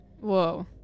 Whoa